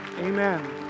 Amen